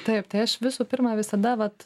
taip tai aš visų pirma visada vat